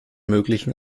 möglichen